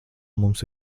mums